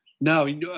No